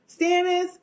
Stannis